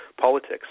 politics